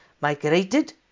migrated